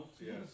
yes